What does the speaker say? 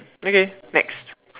okay next